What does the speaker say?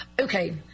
Okay